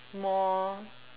more